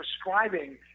prescribing